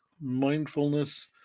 Mindfulness